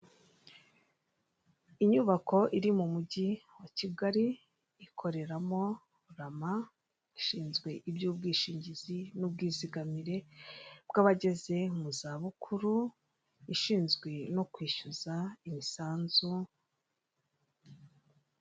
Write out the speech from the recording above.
Inyubako iri mu mujyi wa Kigali ikoreramo rama, ishinzwe iby'ubwishingizi n'ubwizigamire, bw'abageze mu zabukuru, ishinzwe no kwishyuza imisanzu.